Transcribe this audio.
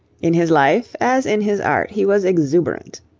in his life as in his art he was exuberant.